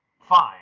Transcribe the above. fine